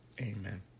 Amen